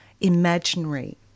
imaginary